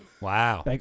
Wow